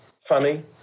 funny